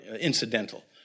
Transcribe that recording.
incidental